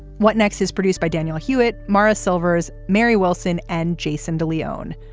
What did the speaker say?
what next is produced by daniel hewitt, marra silvers, mary wilson and jason de leone.